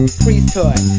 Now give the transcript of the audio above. priesthood